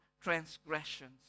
transgressions